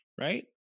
Right